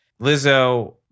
Lizzo